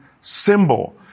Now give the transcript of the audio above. symbol